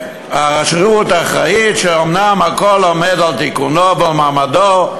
והרשות אחראית שאומנם הכול עומד על תיקונו ומעמדו,